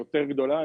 יותר גדולה,